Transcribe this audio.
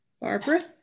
Barbara